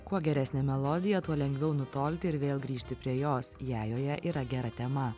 kuo geresnė melodija tuo lengviau nutolti ir vėl grįžti prie jos jei joje yra gera tema